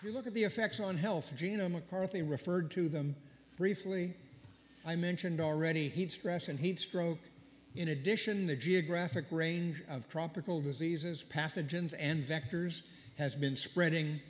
if you look at the effects on health gina mccarthy referred to them briefly i mentioned already heat stress and heat stroke in addition the geographic range of tropical diseases pathogens and vectors has been spreading